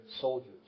soldiers